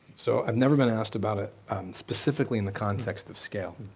so, i've never been asked about it specifically in the context of scale.